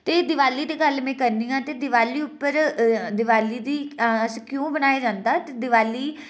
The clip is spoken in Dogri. ते दिवाली दी गल्ल में करनी आं ते दिवाली उप्पर दिवाली दी अस क्युं बनाया जन्दा ते दिवाली